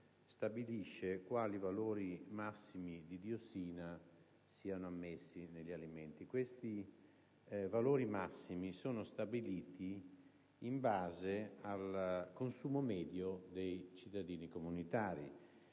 stabilisce quali valori massimi di diossina siano ammessi negli alimenti. Questi valori massimi sono stabiliti, in base al consumo medio dei cittadini comunitari,